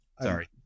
Sorry